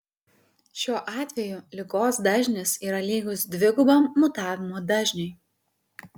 šiuo atveju ligos dažnis yra lygus dvigubam mutavimo dažniui